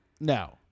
No